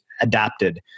adapted